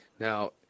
Now